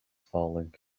falling